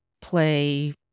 play